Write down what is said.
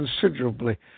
Considerably